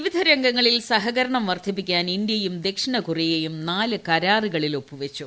പിവിധ രംഗങ്ങളിൽ സഹകരണം വർദ്ധിപ്പിക്കാൻ ഇന്ത്യയും ദക്ഷിണകൊറിയയും നാലു കരാറുകളിൽ ഒപ്പു വച്ചു